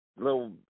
little